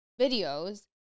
videos